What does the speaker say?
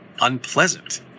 unpleasant